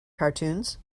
cartoons